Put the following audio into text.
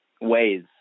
ways